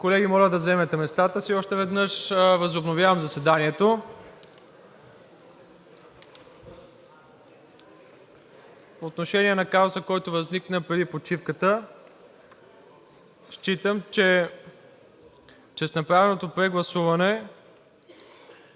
Колеги, моля да заемете местата си! Възобновявам заседанието. По отношение на казуса, който възникна преди почивката, считам, че с направеното прегласуване